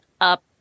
up